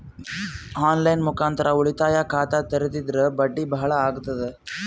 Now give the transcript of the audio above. On line ಮುಖಾಂತರ ಉಳಿತಾಯ ಖಾತ ತೇರಿದ್ರ ಬಡ್ಡಿ ಬಹಳ ಅಗತದ?